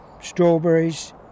strawberries